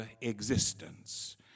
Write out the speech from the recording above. existence